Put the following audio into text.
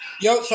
yo